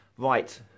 Right